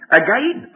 again